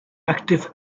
active